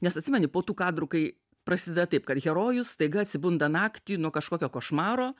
nes atsimeni po tų kadrų kai prasideda taip kad herojus staiga atsibunda naktį nuo kažkokio košmaro